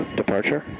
departure